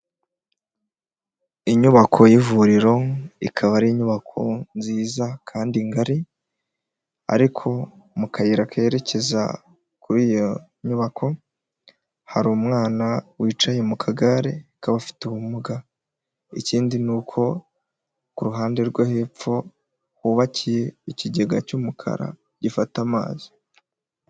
Inyubako y'ivuriro ikaba ari inyubako nziza kandi ngari ariko mu kayira kerekeza kuri iyo nyubako hari umwana wicaye mu kagare k'abafite ubumuga, ikindi ni uko ku ruhande rwo hepfo hubakiye ikigega cy'umukara gifata amazi.